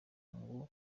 ngo